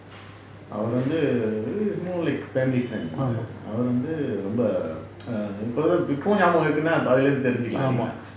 அவரு வந்து:avaru vanthu is more like family friend அவரு வந்து ரொம்ப:avaru vanthu romba இப்பவே இப்பவும் ஞாபகம் இருங்குனா அதுல இருந்து தெரிஞ்சிக்கலாம் இல்லைங்களா: ippavae ippavum nyabagam irukunna athula irunthu therinjikalam illaingala